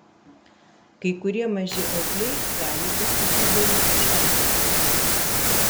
kai kurie maži augliai gali būti gydomi šaldymu